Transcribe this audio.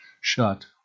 shut